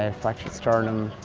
and fractured sternum,